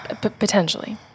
Potentially